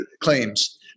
claims